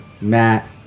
Matt